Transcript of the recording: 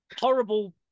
horrible